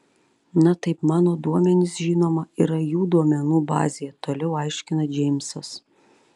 na taip mano duomenys žinoma yra jų duomenų bazėje toliau aiškina džeimsas